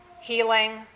healing